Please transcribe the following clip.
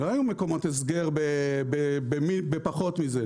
לא היו מקומות הסגר בפחות מזה,